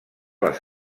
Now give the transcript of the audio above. les